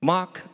Mark